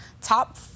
Top